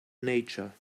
nature